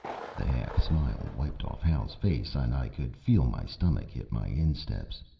the half smile wiped off hal's face, and i could feel my stomach hit my insteps.